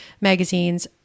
magazines